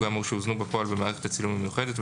האמור שהוזנו בפועל במערכת הצילום המיוחדת,